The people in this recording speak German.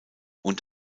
und